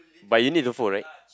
but you need to fold right